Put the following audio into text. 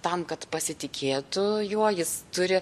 tam kad pasitikėtų juo jis turi